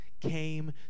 came